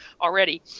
already